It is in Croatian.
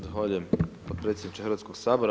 Zahvaljujem potpredsjedniče Hrvatskoga sabora.